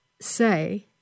say—